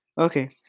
Okay